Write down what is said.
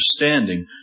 understanding